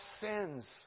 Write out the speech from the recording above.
sins